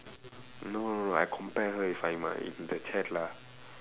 no no no I compare her with in the chat lah